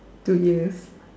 two ears